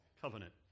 covenant